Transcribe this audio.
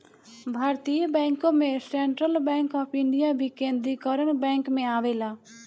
भारतीय बैंकों में सेंट्रल बैंक ऑफ इंडिया भी केन्द्रीकरण बैंक में आवेला